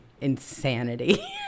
insanity